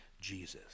jesus